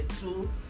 two